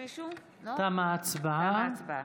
תמה ההצבעה.